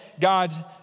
God